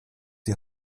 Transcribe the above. die